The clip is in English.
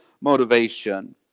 motivation